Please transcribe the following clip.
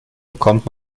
bekommt